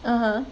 (uh huh)